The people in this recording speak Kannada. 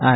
ಆರ್